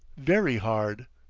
very hard.